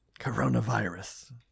Coronavirus